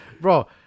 Bro